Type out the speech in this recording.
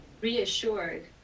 reassured